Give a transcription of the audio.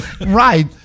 Right